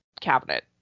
cabinet